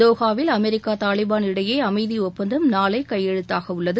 தோஹாவில் நாளை America Taliban இடையே அமைதி ஒப்பந்தம் நாளை கையெழுத்தாகவுள்ளது